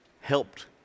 helped